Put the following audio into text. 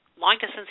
long-distance